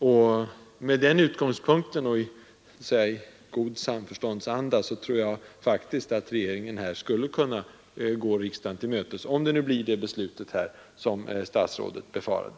Och med den utgångspunkten, och i god samförståndsanda, tror jag faktiskt att regeringen i detta fall skulle kunna gå riksdagen till mötes — om vi här fattar det beslut som statsrådet befarade.